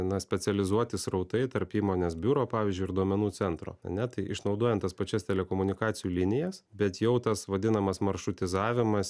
na specializuoti srautai tarp įmonės biuro pavyzdžiui ir duomenų centro ane tai išnaudojant tas pačias telekomunikacijų linijas bet jau tas vadinamas maršrutizavimas